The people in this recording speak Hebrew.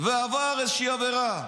ועבר איזושהי עבירה,